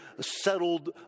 settled